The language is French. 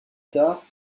tard